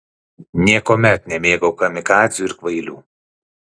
niekuomet nemėgau kamikadzių ir kvailių